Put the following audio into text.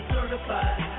Certified